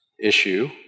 issue